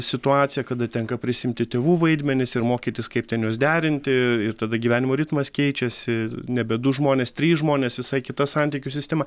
situaciją kada tenka prisiimti tėvų vaidmenis ir mokytis kaip ten juos derinti ir tada gyvenimo ritmas keičiasi nebe du žmonės trys žmonės visai kita santykių sistema